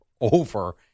Over